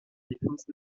défense